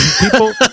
people